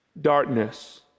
Darkness